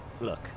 Look